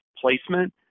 placement